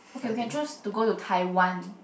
okay we can choose to go to Tai-wan